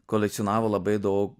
kolekcionavo labai daug